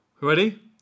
Ready